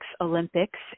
Olympics